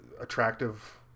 attractive